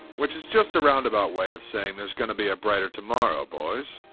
which is just a roundabout way of saying there's gonna be a brighter tomorrow, boys.